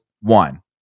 one